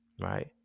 Right